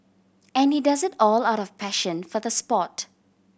and he does it all out of passion for the sport